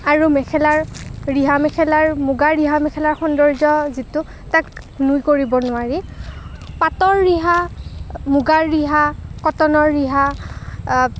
আৰু মেখেলাৰ ৰিহা মেখেলাৰ মুগা ৰিহা মেখেলাৰ যিটো সৌন্দৰ্য তাক নুই কৰিব নোৱাৰি পাটৰ ৰিহা মুগাৰ ৰিহা কটনৰ ৰিহা